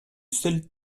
seul